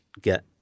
get